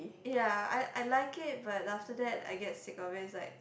ya I I like it but after that I get sick of this like